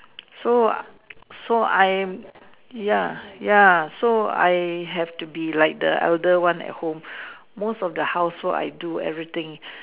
so so I'm ya ya so I have to be like the elder one at home most of the housework I do everything